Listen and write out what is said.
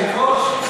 מסוכנים.